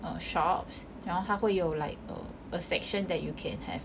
err shops 然后它会有 like a section that you can have